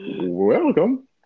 Welcome